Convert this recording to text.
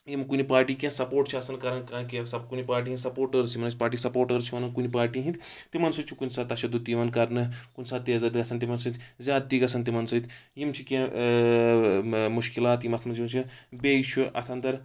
یِم کُنہِ پاٹی کینٛہہ سَپوٹ چھ آسان کَران کانٛہہ کینٛہہ کُنہِ پاٹی ہٕندۍ سَپوٹٲرٕس یِمَن أسۍ پاٹی سپوٹٲرٕس چھِ وَنان کُنہِ پاٹی ہٕنٛدۍ تِمَن سۭتۍ چھُ کُنہِ ساتہٕ تَشَدُد یِوان کَرنہٕ کُنہِ ساتہٕ تیزر گژھان تِمن سۭتۍ زیادتی گژھان تِمَن سۭتۍ یِم چھ کینٛہہ مُشکِلات یِم اَتھ منز یِوان چھِ بیٚیہِ چھُ اَتھ اَنٛدَر